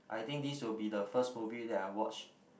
I think this will be the first movie that I watch